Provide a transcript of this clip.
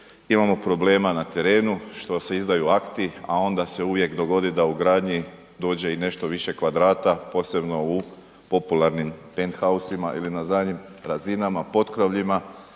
Imamo problema na terenu što se izdaju akti, a onda se uvijek dogodi da u gradnji dođe i nešto više kvadrata, posebno u popularnim Penthausima ili na zadnjim razinama, potkrovljima